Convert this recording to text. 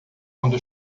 quando